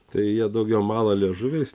tai jie daugiau mala liežuviais